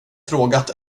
frågat